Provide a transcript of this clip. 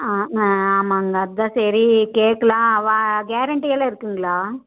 ஆ ஆ ஆமாம்ங்க அதான் சரி கேட்கலாம் வா கேரண்ட்டியெல்லாம் இருக்குங்களா